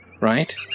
Right